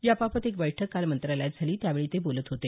या बाबत एक बैठक काल मंत्रालयात झाली त्यावेळी ते बोलत होते